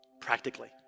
practically